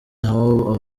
nabo